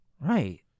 Right